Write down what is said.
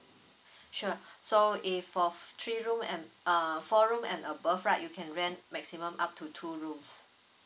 sure so if for three room and uh four room and above right you can rent maximum up to two rooms